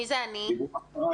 בסדר גמור.